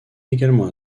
également